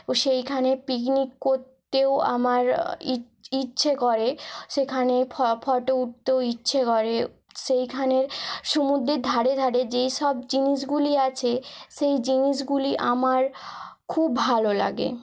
ও সেইখানে পিকনিক করতেও আমার ইচ্ছে করে সেখানে ফটো উঠতেও ইচ্ছে করে সেইখানের সমুদ্রের ধারে ধারে যেই সব জিনিসগুলি আছে সেই জিনিসগুলি আমার খুব ভালো লাগে